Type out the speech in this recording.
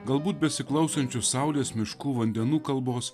galbūt besiklausančius saulės miškų vandenų kalbos